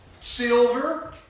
silver